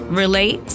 relate